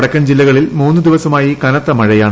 വടക്കൻ ജില്ലകളിൽ മൂന്നു ദിവസമായി കനത്ത മഴയാണ്